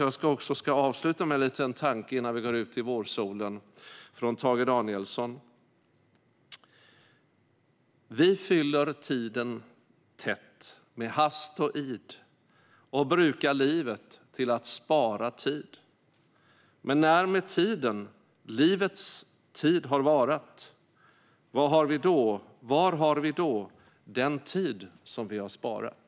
Jag ska avsluta med en liten tanke från Tage Danielsson innan vi går ut i vårsolen: Vi fyller tiden tätt, med hast och idoch brukar livet, till att spara tid. Men när med tiden, livets tid har varat var har vi då, den tid som vi har sparat?